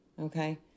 okay